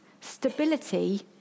stability